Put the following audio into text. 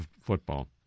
football